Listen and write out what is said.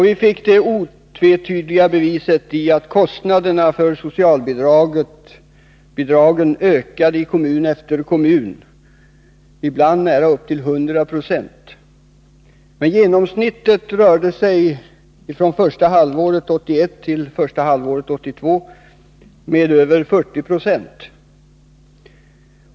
Vi fick det otvetydiga beviset i det faktum att kostnaderna för socialbidragen ökade i kommun efter kommun, ibland med nästan upp till 100 96. Genomsnittligt rörde det sig om en ökning med över 40 9 från första halvåret 1981 till första halvåret 1982. Herr talman!